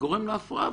גורם להפרעה.